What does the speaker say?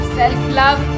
self-love